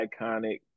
iconic